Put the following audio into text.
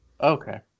Okay